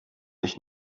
ich